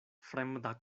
fremda